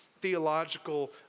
theological